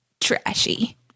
trashy